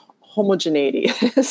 homogeneity